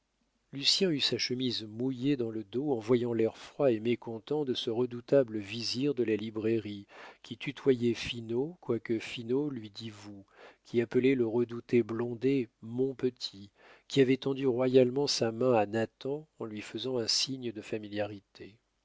lucien eut sa chemise mouillée dans le dos en voyant l'air froid et mécontent de ce redoutable visir de la librairie qui tutoyait finot quoique finot lui dît vous qui appelait le redouté blondet mon petit qui avait tendu royalement sa main à nathan en lui faisant un signe de familiarité